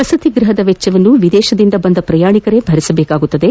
ವಸತಿಗೃಪದ ವೆಟ್ಟವನ್ನು ವಿದೇಶದಿಂದ ಬಂದ ಪ್ರಯಾಣಿಕರೇ ಭರಿಸಬೇಕಾಗುತ್ತದೆ